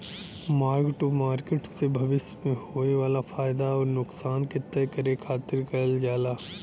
mark to market से भविष्य में होये वाला फयदा आउर नुकसान क तय करे खातिर करल जाला